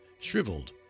shriveled